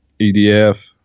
EDF